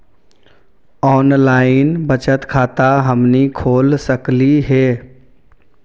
Online बचत खाता हमनी खोल सकली हे?